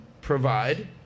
Provide